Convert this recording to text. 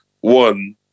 one